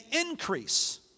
increase